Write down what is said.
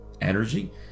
energy